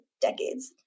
decades